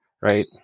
Right